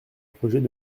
projets